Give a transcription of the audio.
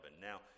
Now